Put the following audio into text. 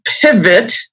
pivot